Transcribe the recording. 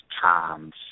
times